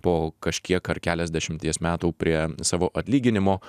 po kažkiek ar keliasdešimties metų prie savo atlyginimo